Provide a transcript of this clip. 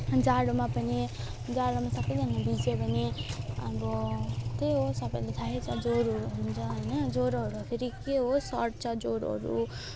जाडोमा पनि जाडोमा सबैजना भिज्यो भने अब त्यही हो सबैलाई थाहै छ ज्वरोहरू हुन्छ होइन ज्वरोहरू फेरि के हो सर्छ ज्वरोहरू